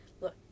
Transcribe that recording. look